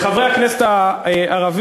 לחברי הכנסת הערבים,